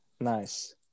Nice